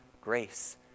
grace